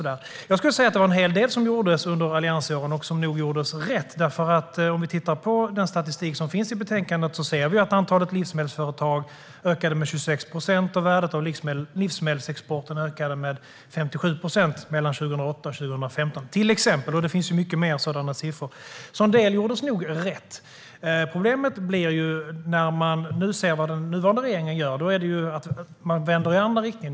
Det var en hel del som gjordes under alliansregeringen och som gjordes rätt. I den statistik som finns i betänkandet ser vi att antalet livsmedelsföretag ökade med 26 procent, och värdet av livsmedelsexporten ökade med 57 procent mellan 2008 och 2015. Det var ett exempel, men det finns många fler sådana siffror. Så en del gjordes nog rätt. Problemet är att den nuvarande regeringen väljer en annan inriktning.